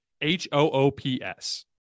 h-o-o-p-s